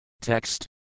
Text